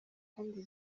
kandi